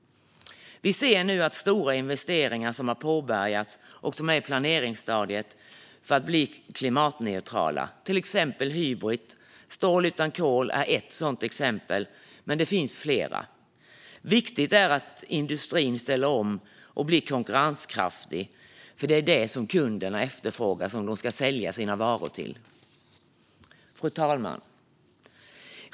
Vi ser nu stora investeringar som har påbörjats och som är i planeringsstadiet för att bli klimatneutrala. Hybrit, stål utan kol, är ett sådant exempel, men det finns fler. Viktigt är att industrin ställer om och blir konkurrenskraftig, för det är detta som de kunder de ska sälja sina varor till efterfrågar. Fru talman!